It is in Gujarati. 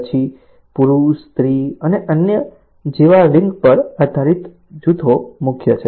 પછી પુરુષ સ્ત્રી અને અન્ય જેવા લિંગ પર આધારિત જૂથો મુખ્ય છે